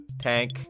tank